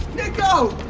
nico!